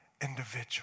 individual